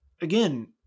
again